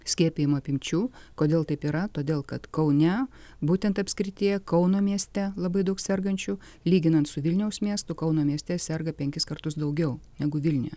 skiepijimo apimčių kodėl taip yra todėl kad kaune būtent apskrityje kauno mieste labai daug sergančių lyginant su vilniaus miestu kauno mieste serga penkis kartus daugiau negu vilniuje